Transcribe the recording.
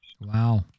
Wow